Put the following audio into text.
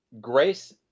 grace